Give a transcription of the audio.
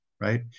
right